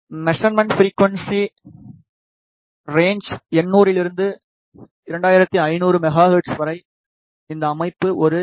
measurement frequency range 800 இலிருந்து 2500 megahertz வரை இந்த அமைப்பு ஒரு எம்